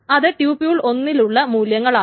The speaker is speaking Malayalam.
അത് ട്യൂപ്യൂൾ ഒന്നിലുള്ള മൂല്യങ്ങളാണ്